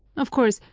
of course,